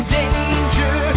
danger